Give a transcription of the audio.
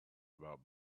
about